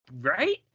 Right